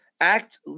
act